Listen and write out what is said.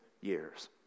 years